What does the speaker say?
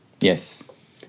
Yes